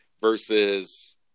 versus